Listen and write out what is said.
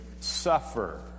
suffer